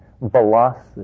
velocity